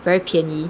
very 便宜